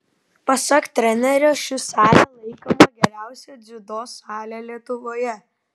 pasak trenerio ši salė laikoma geriausia dziudo sale lietuvoje